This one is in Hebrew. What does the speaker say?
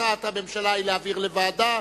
הצעת הממשלה היא להעביר לוועדה,